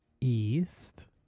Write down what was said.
east